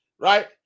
Right